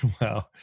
Wow